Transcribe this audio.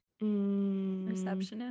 receptionist